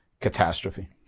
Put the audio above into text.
catastrophe